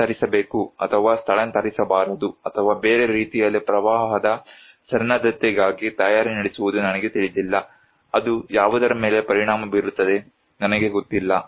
ಸ್ಥಳಾಂತರಿಸಬೇಕು ಅಥವಾ ಸ್ಥಳಾಂತರಿಸಬಾರದು ಅಥವಾ ಬೇರೆ ರೀತಿಯಲ್ಲಿ ಪ್ರವಾಹದ ಸನ್ನದ್ಧತೆಗಾಗಿ ತಯಾರಿ ನಡೆಸುವುದು ನನಗೆ ತಿಳಿದಿಲ್ಲ ಅದು ಯಾವುದರ ಮೇಲೆ ಪರಿಣಾಮ ಬೀರುತ್ತದೆ ನನಗೆ ಗೊತ್ತಿಲ್ಲ